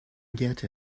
get